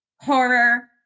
horror